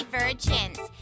virgins